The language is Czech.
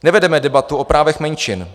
Nevedeme debatu o právech menšin.